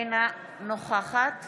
אינה נוכחת